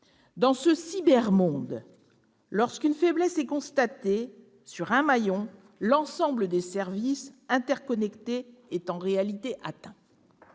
Dans ce « cyber monde », lorsqu'une faiblesse est constatée sur un maillon, c'est l'ensemble des services interconnectés qui sont en réalité atteints.